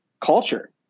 culture